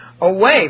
away